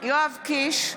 יואב קיש,